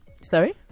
Sorry